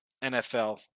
NFL